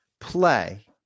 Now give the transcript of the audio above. play